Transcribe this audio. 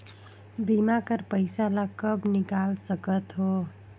बीमा कर पइसा ला कब निकाल सकत हो?